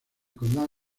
condado